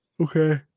Okay